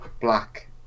black